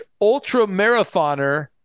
ultra-marathoner